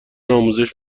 آموزش